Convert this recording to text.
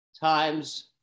times